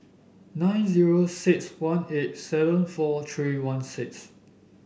nine zero six one eight seven four three one six